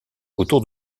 autour